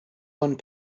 one